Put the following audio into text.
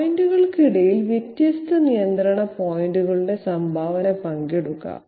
പോയിന്റുകൾക്കിടയിൽ വ്യത്യസ്ത നിയന്ത്രണ പോയിന്റുകളുടെ സംഭാവന പങ്കിടുക